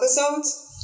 episodes